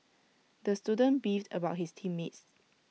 the student beefed about his team mates